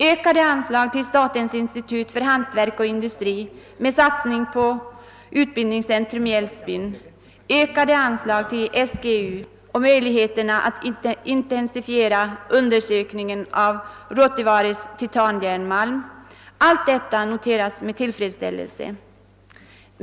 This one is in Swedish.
Ökade anslag till statens institut för hantverk och industri med satsning på utbildningscentrum i Älvsbyn, ökade anslag till SGU och möjligheterna att intensifiera undersökningen av Ruoutevares titanjärnmalm noteras med tillfredsställelse.